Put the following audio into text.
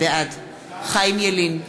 בעד חיים ילין,